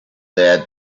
their